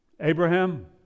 Abraham